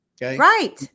Right